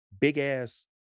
big-ass